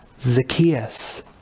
Zacchaeus